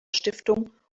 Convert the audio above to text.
stiftung